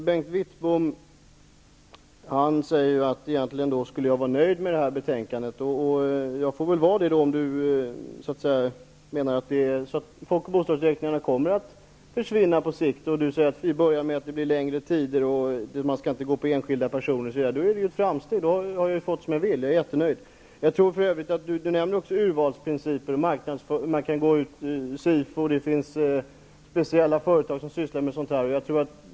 Herr talman! Bengt Wittbom sade att jag egentligen borde vara nöjd med detta betänkande. Jag får väl vara det då, om nu folk och bostadsräkningarna på sikt kommer att försvinna. Bengt Wittbom sade att tidsperioderna skall bli längre och att man inte skall fråga ut enskilda personer. I så fall är det ju ett framsteg. Jag har fått som jag vill, och då är jag jättenöjd. Bengt Wittbom nämnde också urvalsprinciper och att man kan utnyttja SIFO och andra speciella företag som sysslar med statistik.